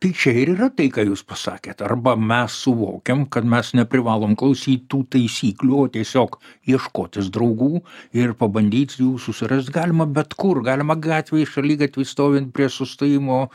tai čia ir yra tai ką jūs pasakėt arba mes suvokiam kad mes neprivalom klausyt tų taisyklių o tiesiog ieškotis draugų ir pabandyt jų surast galima bet kur galima gatvėj šaligatvy stovint prie sustojimo